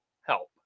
help